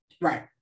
Right